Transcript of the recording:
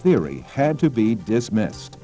theory had to be dismissed